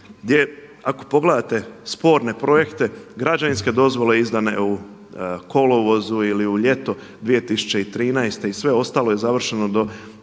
gdje ako pogledate sporne projekte, građevinske dozvole izdane u kolovozu ili u ljeto 2013. i sve ostalo je završeno do